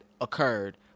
occurred